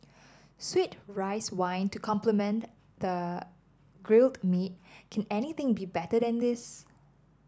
sweet rice wine to complement the grilled meat can anything be better than this